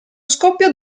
scoppio